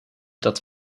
dat